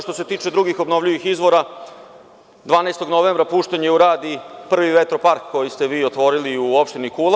Što se tiče drugih obnovljivih izvora, 12. novembra pušten je u rad i prvi vetropark koji ste vi otvorili u opštini Kula.